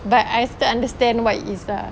but I still understand what it is lah